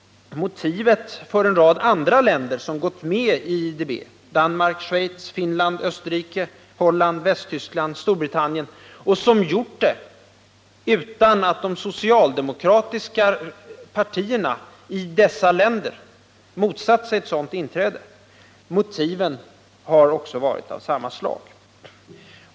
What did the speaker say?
Motiven för en rad andra länder, som gått med i IDB Danmark, Schweiz, Finland, Österrike, Västtyskland och Storbritannien — utan att de socialdemokratiska partierna i dessa länder har motsatt sig ett sådant inträde, har också varit av samma slag.